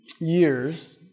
years